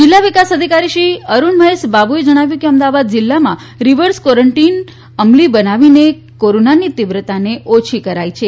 જિલ્લા વિકાસ અધિકારી શ્રી અરુણ મહેશ બાબુએ જણાવ્યું છે કે અમદાવાદ જિલ્લામાં રિવર્સ ક્વોરંટિન અમલી બનાવીને કોરોનાની તીવ્રતાને ઓછી કરાઈ છે